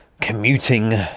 commuting